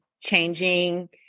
changing